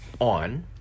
on